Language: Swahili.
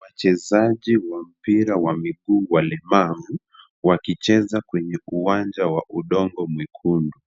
Wachezaji wa mpira wa miguu walemavu, wakicheza kwenye uwanja wa udongo mwekundu.